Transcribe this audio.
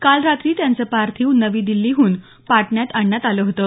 काल रात्री त्यांचं पार्थिव नवी दिल्लीहून पाटण्यात आणण्यात आलं होतं